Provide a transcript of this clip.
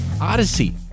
odyssey